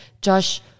Josh